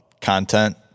content